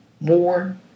more